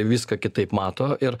viską kitaip mato ir